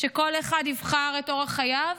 שכל אחד יבחר את אורח חייו,